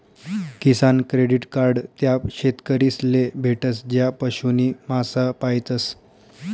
किसान credit card त्या शेतकरीस ले भेटस ज्या पशु नी मासा पायतस